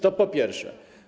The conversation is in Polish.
To po pierwsze.